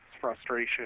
frustration